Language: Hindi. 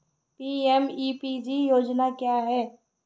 पी.एम.ई.पी.जी योजना क्या है?